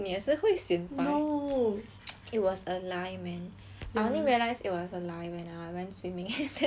it was a lie man I only realise it was a lie when I went swimming after that I became like so tan